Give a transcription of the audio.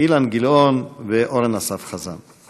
אילן גילאון ואורן אסף חזן.